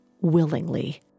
willingly